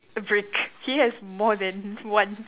brick he has more than one